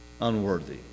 unworthy